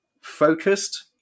focused